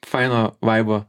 faino vaibo